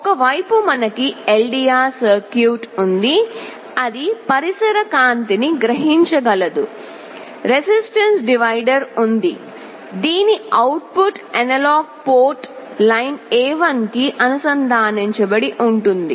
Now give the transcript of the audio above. ఒక వైపు మనకు LDR సర్క్యూట్ ఉంది అది పరిసర కాంతిని గ్రహించగలదు రెసిస్టెన్స్ డివైడర్ ఉంది దీని output analog port line A1 కి అనుసంధానించబడి ఉంటుంది